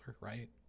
right